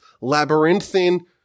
labyrinthine